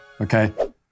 okay